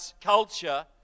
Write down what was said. culture